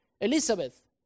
Elizabeth